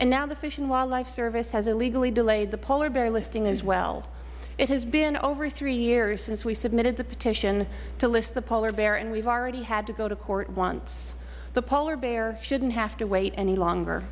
and now the fish and wildlife service has illegally delayed the polar bear listing as well it has been over three years since we submitted the petition to list the polar bear and we have already had to go to court once the polar bear shouldn't have to wait any longer